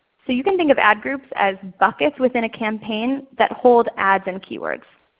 so you can think of ad groups as buckets within a campaign that hold ads and keywords.